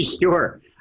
Sure